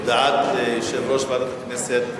הודעת יושב-ראש ועדת הכנסת אושרה.